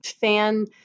fan